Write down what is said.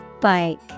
Bike